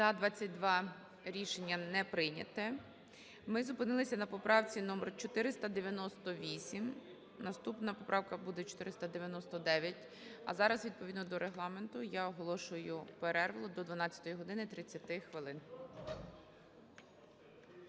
За-22 Рішення не прийнято. Ми зупинилися на поправці номер 498. Наступна поправка буде 499. А зараз відповідно до Регламенту я оголошую перерву до 12 години 30 хвилин.